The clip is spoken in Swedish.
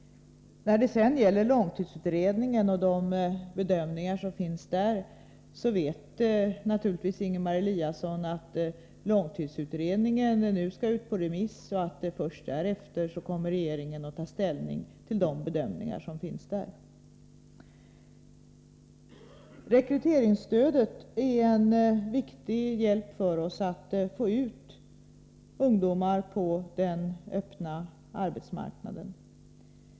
När det sedan gäller långtidsutredningen och de bedömningar som gjorts där vet naturligtvis Ingemar Eliasson att utredningen nu skall ut på remiss och att regeringen först därefter kommer att ta ställning till de bedömningar som redovisats. Rekryteringsstödet är en viktig hjälp för att få ut ungdomar på den öppna arbetsmarknaden.